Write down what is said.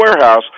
Warehouse